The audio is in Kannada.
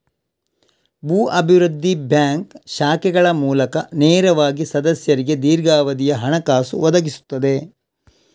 ಭೂ ಅಭಿವೃದ್ಧಿ ಬ್ಯಾಂಕ್ ಶಾಖೆಗಳ ಮೂಲಕ ನೇರವಾಗಿ ಸದಸ್ಯರಿಗೆ ದೀರ್ಘಾವಧಿಯ ಹಣಕಾಸು ಒದಗಿಸುತ್ತದೆ